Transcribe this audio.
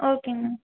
ஓகேங்கண்ணா